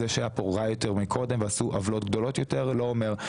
זה שהיה פה רע יותר מקודם ועשו עוולות גדולות יותר לא אומר.